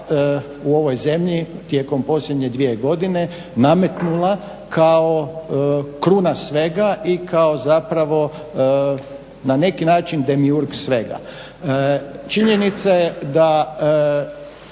u ovoj zemlji tijekom posljednje dvije godine nametnula kao kruna svega i kao zapravo na neki način demiurg svega. Činjenica je da